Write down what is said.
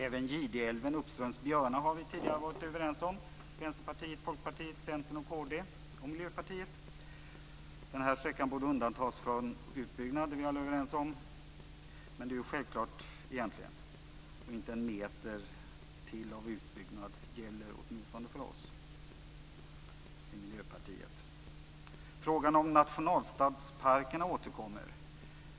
Även Gideälven uppströms Björna har vi tidigare varit överens om i Vänstern, Folkpartiet, Centern, Kristdemokraterna och Miljöpartiet. Sträckan borde undantas från utbyggnad, det är vi alla överens om. Men det är ju självklart egentligen. Inte en meter till av utbyggnad gäller åtminstone för oss i Miljöpartiet. Frågan om nationalstadsparkerna återkommer.